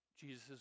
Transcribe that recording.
Jesus